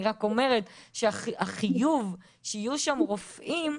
אני רק אומרת שהחיוב שיהיו שם רופאים,